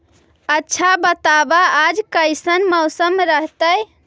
आच्छा बताब आज कैसन मौसम रहतैय?